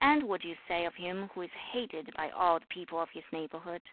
and what do you say of him who is hated by all the people of his neighborhood